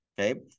Okay